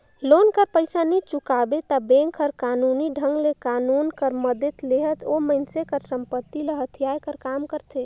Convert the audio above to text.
loan कर पइसा नी चुकाबे ता बेंक हर कानूनी ढंग ले कानून कर मदेत लेहत ओ मइनसे कर संपत्ति ल हथियाए कर काम करथे